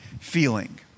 feeling